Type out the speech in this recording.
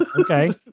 Okay